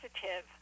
positive